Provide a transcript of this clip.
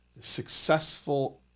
successful